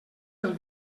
del